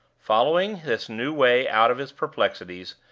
following this new way out of his perplexities,